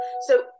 So-